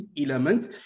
element